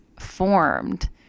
formed